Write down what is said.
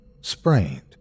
sprained